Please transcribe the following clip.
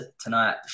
tonight